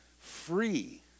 free